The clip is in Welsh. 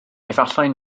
efallai